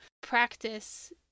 practice